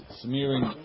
smearing